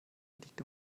liegt